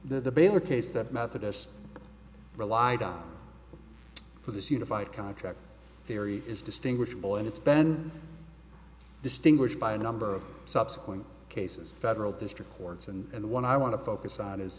baylor case that methodist relied on for this unified contract theory is distinguishable and it's ben distinguished by a number of subsequent cases federal district courts and the one i want to focus on is